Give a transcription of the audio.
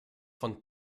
von